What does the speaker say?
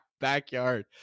backyard